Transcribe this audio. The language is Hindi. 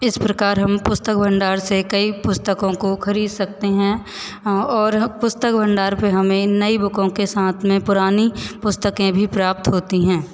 इस प्रकार हम पुस्तक भंडार से कई पुस्तकों को खरीद सकते हैं और पुस्तक भंडार पर हमें नई बुकों के साथ में पुरानी पुस्तक भी प्राप्त होती हैं